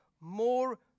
more